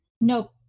Nope